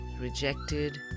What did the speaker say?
rejected